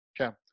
Okay